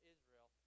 Israel